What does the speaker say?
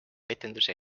etenduse